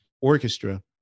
orchestra